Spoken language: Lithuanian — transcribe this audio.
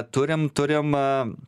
turim turim